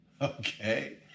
Okay